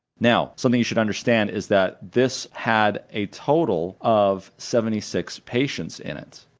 now something you should understand is that this had a total of seventy six patients in it.